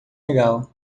legal